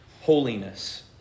holiness